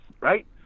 Right